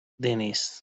دنیس